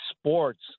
sports